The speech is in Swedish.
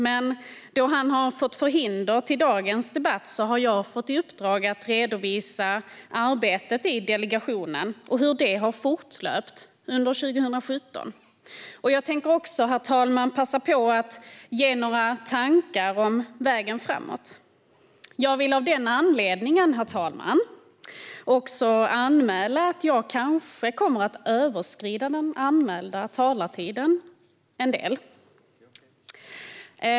Men då han har fått förhinder att delta i dagens debatt har jag fått i uppdrag att redovisa hur arbetet i delegationen har fortlöpt under 2017. Herr talman! Jag tänker passa på att också delge några tankar om vägen framåt. Jag vill av den anledningen anmäla att jag kanske kommer att överskrida den anmälda talartiden något.